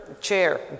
chair